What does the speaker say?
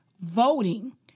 voting